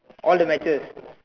all the matches